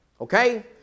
Okay